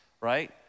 right